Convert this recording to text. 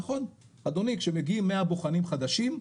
נכון אדוני שמגיעים מאה בוחנים חדשים,